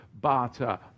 butter